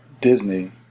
Disney